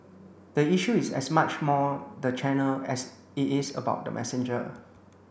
the issue is as much more the channel as it is about the messenger